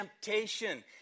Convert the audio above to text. temptation